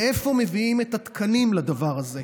מאיפה מביאים את התקנים לדבר הזה?